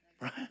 right